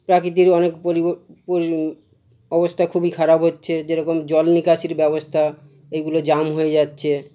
প্রাকিতিক অনেক অবস্থা খুবই খারাপ হচ্ছে যে রকম জল নিকাশির ব্যবস্থা এইগুলো জাম হয়ে যাচ্ছে